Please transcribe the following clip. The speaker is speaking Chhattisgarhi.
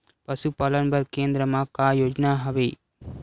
पशुपालन बर केन्द्र म का योजना हवे?